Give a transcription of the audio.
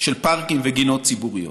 של פארקים וגינות ציבוריות.